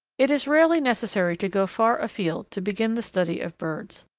it is rarely necessary to go far afield to begin the study of birds.